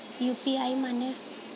UPI माने?